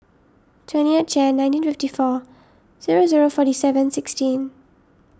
twentieth Jan nineteen fifty four zero zero forty seven sixteen